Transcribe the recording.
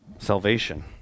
Salvation